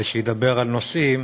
שידבר על נושאים